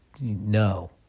no